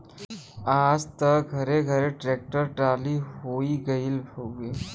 आज त घरे घरे ट्रेक्टर टाली होई गईल हउवे